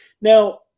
Now